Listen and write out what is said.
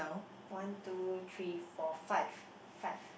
one two three four five five